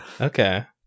Okay